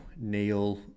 Neil